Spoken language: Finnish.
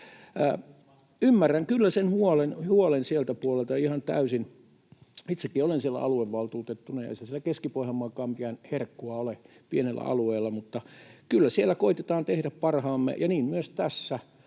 Ymmärrän kyllä sen huolen sieltä puolelta ihan täysin. Itsekin olen siellä aluevaltuutettuna, ja ei se siellä Keski-Pohjanmaallakaan mitään herkkua ole, pienellä alueella, mutta kyllä siellä koetetaan tehdä parhaamme, ja niin myös tässä.